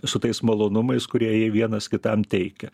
su tais malonumais kurie jie vienas kitam teikia